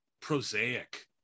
prosaic